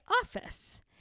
office